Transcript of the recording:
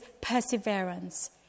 perseverance